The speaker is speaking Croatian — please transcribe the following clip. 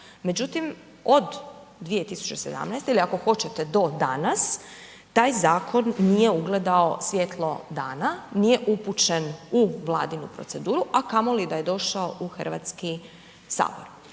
međutim od 2017. ili ako hoćete do danas taj zakon nije ugledao svjetlo dana, nije upućen u Vladinu proceduru a kamoli da je došao u Hrvatski sabor.